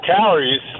calories